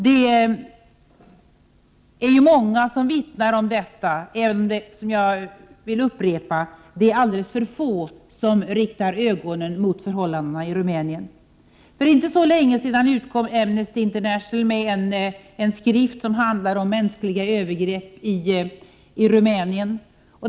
Det är många som vittnar om vad som händer, men jag vill upprepa att det är alldeles för få som uppmärksammar förhållandena i Rumänien. För inte så länge sedan utkom Amnesty International med en skrift som handlar om övergrepp mot människor i Rumänien.